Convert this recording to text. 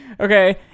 okay